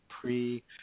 pre